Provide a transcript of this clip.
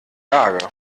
lage